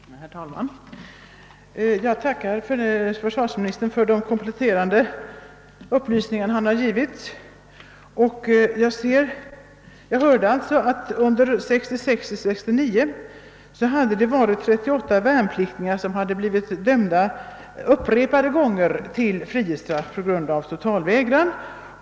Herr talman! Jag tackar försvarsministern för de kompletterande upplysningar han här lämnat. Som vi hörde var det under åren 1966—1969 38 värnpliktiga som upprepade gånger dömts till frihetsstraff på grund av totalvägran.